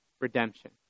Redemption